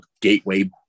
gateway